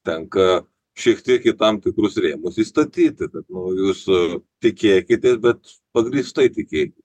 tenka šiek tiek į tam tikrus rėmus įstatyti bet nu jūs tikėkite bet pagrįstai tikėkit